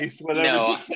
no